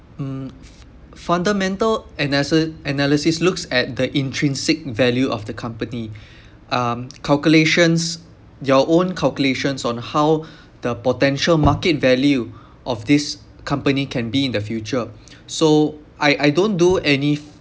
mm f~ fundamental anasa~ analysis looks at the intrinsic value of the company um calculations your own calculations on how the potential market value of this company can be in the future so I I don't do any